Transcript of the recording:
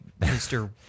Mr